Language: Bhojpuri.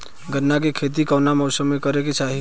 गन्ना के खेती कौना मौसम में करेके चाही?